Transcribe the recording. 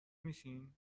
میشین